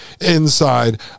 inside